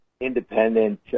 independent